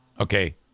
Okay